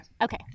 Okay